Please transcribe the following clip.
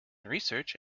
research